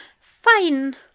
Fine